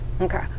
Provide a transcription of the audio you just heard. Okay